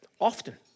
Often